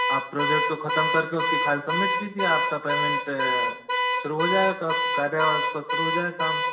आप प्रोजेक्ट को खत्म करके उसकी फाइल सबमिट कीजिए आपका पेमेंट शुरू हो जाएगा कायदे और उस वक्त शुरू हो जाएगा काम